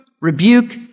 rebuke